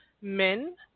men